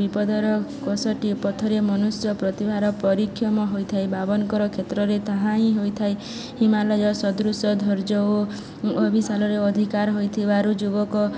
ବିପଦର କଷଟିପଥରେ ମନୁଷ୍ୟ ପ୍ରତିଭାର ପରୀକ୍ଷମ ହୋଇଥାଏ ବାବରଙ୍କର କ୍ଷେତ୍ରରେ ତାହା ହିଁ ହୋଇଥାଏ ହିମାଳୟ ସଦୃଶ୍ୟ ଧର୍ଯ୍ୟ ଓ ଅଭିିଶାଳରେ ଅଧିକାର ହୋଇଥିବାରୁ ଯୁବକ